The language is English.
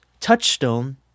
Touchstone